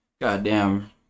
goddamn